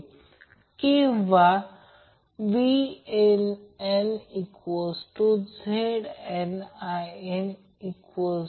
आणि त्याचप्रमाणे Vbn angle 120° आपण येथे आम्ही भरत आहोत